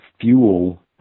fuel